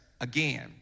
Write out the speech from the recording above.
again